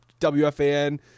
WFAN